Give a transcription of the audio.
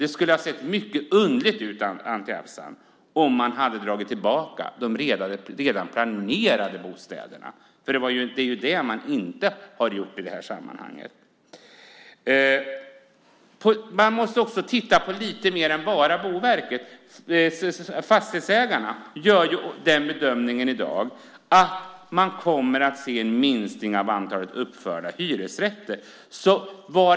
Det skulle ha sett mycket underligt ut, Anti Avsan, om man dragit tillbaka de redan planerade bostadsprojekten. Det har man alltså inte gjort. Man måste också titta på annat än bara Boverket. Fastighetsägarna gör i dag bedömningen att man kommer att se en minskning av antalet uppförda hyresrätter.